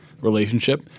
relationship